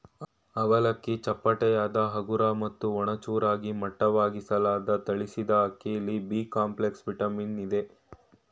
ಅವಲಕ್ಕಿ ಚಪ್ಪಟೆಯಾದ ಹಗುರ ಮತ್ತು ಒಣ ಚೂರಾಗಿ ಮಟ್ಟವಾಗಿಸಲಾದ ತಳಿಸಿದಅಕ್ಕಿಲಿ ಬಿಕಾಂಪ್ಲೆಕ್ಸ್ ವಿಟಮಿನ್ ಅಯ್ತೆ